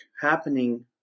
happening